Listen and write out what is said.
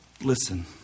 listen